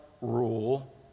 rule